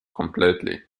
completely